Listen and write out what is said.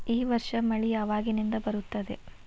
ಈ ವರ್ಷ ಮಳಿ ಯಾವಾಗಿನಿಂದ ಬರುತ್ತದೆ?